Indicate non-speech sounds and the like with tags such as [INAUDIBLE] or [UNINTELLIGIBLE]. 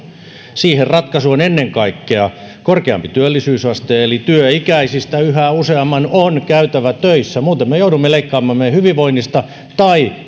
siihen ratkaisu on ennen kaikkea korkeampi työllisyysaste eli työikäisistä yhä useamman on käytävä töissä muuten me joudumme leikkaamaan meidän hyvinvoinnista tai [UNINTELLIGIBLE]